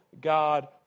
God